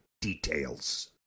details